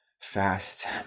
fast